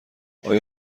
آیا